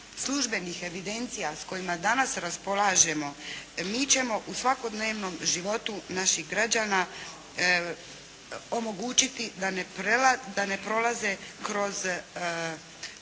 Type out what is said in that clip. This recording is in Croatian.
službenih evidencija s kojima danas raspolažemo mi ćemo u svakodnevnom životu naših građana omogućiti da ne prolaze kroz